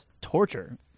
Torture